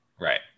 Right